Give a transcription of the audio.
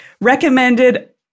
Recommended